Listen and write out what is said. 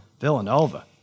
Villanova